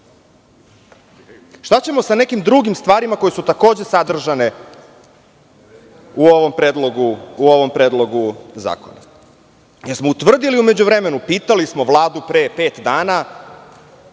Šta ćemo sa nekim drugim stvarima koje su takođe sadržane u ovom predlogu zakona? Da li smo utvrdili u međuvremenu? Pitali smo Vladu pre pet dana